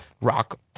rock